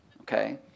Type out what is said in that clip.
okay